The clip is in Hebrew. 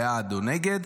בעד או נגד.